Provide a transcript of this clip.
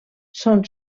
són